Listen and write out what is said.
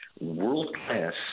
world-class